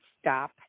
stop